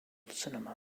cinema